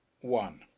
one